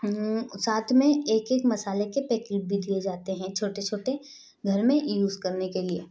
साथ में एक एक मसाले के पैकिट भी दिए जाते है छोट छोटे घर में यूज़ करने के लिए